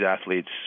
athletes